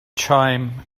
chime